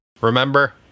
Remember